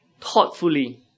thoughtfully